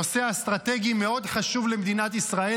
הנושא האסטרטגי החשוב למדינת ישראל,